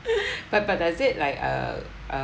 but but does it like err uh